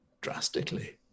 drastically